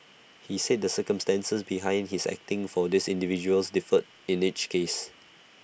he said the circumstances behind his acting for these individuals differed in each case